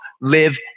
live